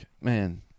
man